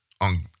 on